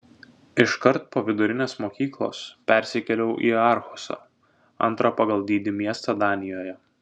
iškart po vidurinės mokyklos persikėliau į arhusą antrą pagal dydį miestą danijoje